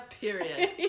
period